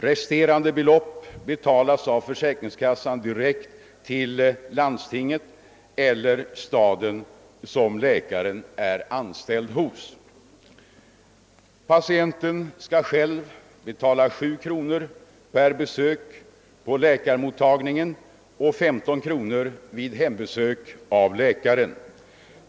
Resterande belopp erläggs av försäkringskassan direkt till landstinget eller staden som läkaren är anställd hos. Patienten skall själv betala 7 kronor per besök på läkarmottagningen och 15 kronor vid hembesök av läkare.